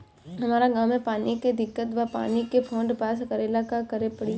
हमरा गॉव मे पानी के दिक्कत बा पानी के फोन्ड पास करेला का करे के पड़ी?